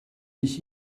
ich